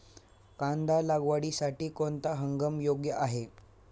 कांदा लागवडीसाठी कोणता हंगाम योग्य आहे?